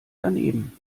daneben